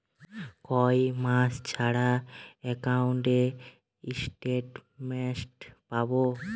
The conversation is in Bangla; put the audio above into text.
কয় মাস ছাড়া একাউন্টে স্টেটমেন্ট পাব?